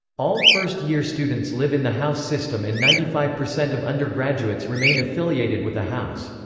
all first year students live in the house system and ninety five percent of undergraduates remain affiliated with a house.